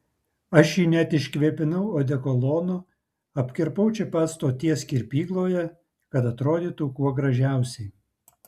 aš jį net iškvėpinau odekolonu apkirpau čia pat stoties kirpykloje kad atrodytų kuo gražiausiai